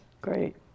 Great